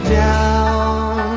down